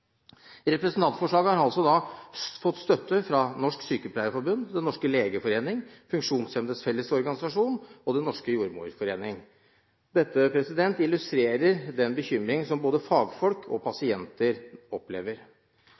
Representantforslaget har altså fått støtte fra Norsk Sykepleierforbund, Den norske legeforening, Funksjonshemmedes Fellesorganisasjon og Den norske jordmorforening. Det illustrerer den bekymring som både fagfolk og pasienter opplever.